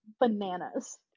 Bananas